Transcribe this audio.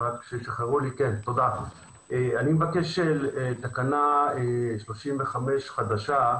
אני מבקש תקנה 35 חדשה,